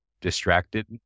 distracted